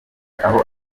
aho